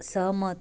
सहमत